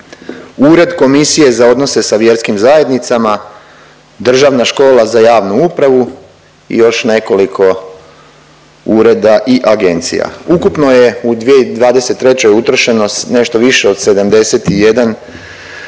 Ured komisije za odnose sa vjerskim zajednicama, Državna škola za javnu upravu i još nekoliko ureda i agencija. Ukupno je u 2023. utrošeno nešto više od 71,15